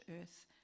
earth